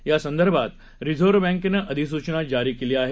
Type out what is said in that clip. यासंदर्भातरिझर्व्हबँकेनंअधिसूचनाजारीकेलीआहे